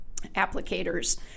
applicators